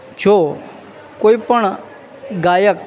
જો કોઈપણ ગાયક